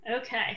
Okay